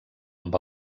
amb